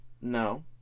No